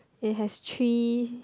it has three